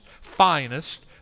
finest